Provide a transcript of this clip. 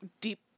deep